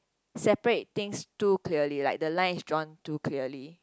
separate things too clearly like the line is drawn too clearly